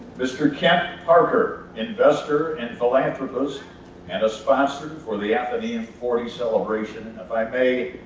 mr. kent parker, investor and philanthropist and a sponsor for the atheneum forty celebration. and if i may,